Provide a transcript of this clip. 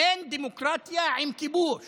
אין דמוקרטיה עם כיבוש